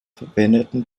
verwendeten